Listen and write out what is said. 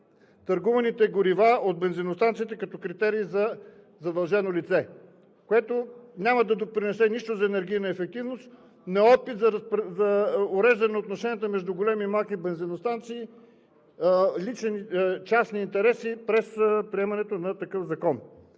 търгуваните горива от бензиностанциите като критерии за задължено лице, което няма да допринесе нищо за енергийна ефективност, но е опит за уреждане отношенията между големи и малки бензиностанции, частни интереси през приемането на такъв закон.